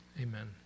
amen